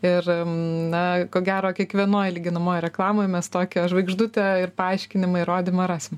ir na ko gero kiekvienoj lyginamojoj reklamoj mes tokią žvaigždutę ir paaiškinimą įrodymą rasim